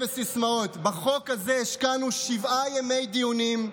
בסיסמאות, בחוק הזה השקענו שבעה ימי דיונים,